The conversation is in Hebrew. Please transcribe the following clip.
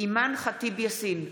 אימאן ח'טיב יאסין,